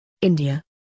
India